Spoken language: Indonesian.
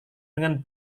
dengan